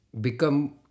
become